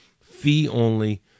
fee-only